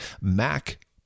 mac